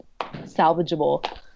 salvageable